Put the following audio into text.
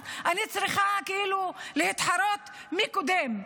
אני צריכה להתחרות מי קודם,